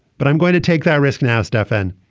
but i'm going to take that risk now, stefan,